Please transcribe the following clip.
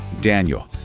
Daniel